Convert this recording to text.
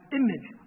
image